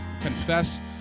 confess